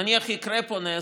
נניח שיקרה פה נס,